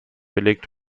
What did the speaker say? belegt